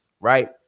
right